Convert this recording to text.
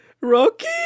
Rocky